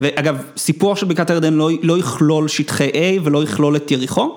ואגב, סיפוח של בקעת הירדן לא... לא יכלול שטחי A ולא יכלול את יריחו?